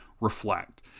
Reflect